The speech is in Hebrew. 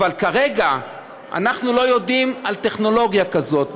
אבל כרגע אנחנו לא יודעים על טכנולוגיה כזאת,